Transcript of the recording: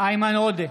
איימן עודה,